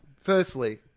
Firstly